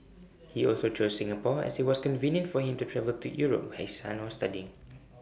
he also chose Singapore as IT was convenient for him to travel to Europe where his son was studying